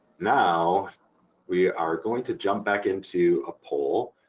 now we are going to jump back into a poll,